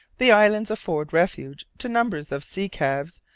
the islands afford refuge to numbers of sea-calves,